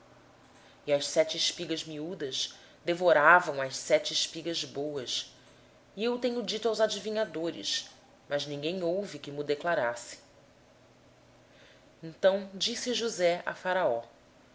e as sete espigas miudas devoravam as sete espigas boas e eu disse-o aos magos mas ninguém houve que mo interpretasse então disse josé a faraó